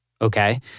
okay